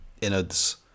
innards